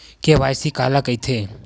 KYC काला कइथे?